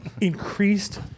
increased